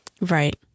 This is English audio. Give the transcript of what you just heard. Right